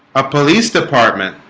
a police department